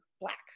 black